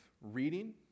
reading